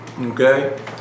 Okay